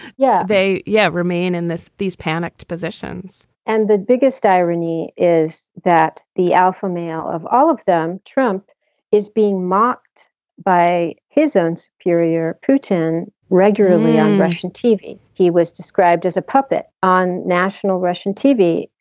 yeah, they. yeah, remain in this these panicked positions and the biggest irony is that the alpha male of all of them, trump is being mocked by his own superior. putin regularly on russian tv. he was described as a puppet on national russian tv.